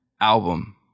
album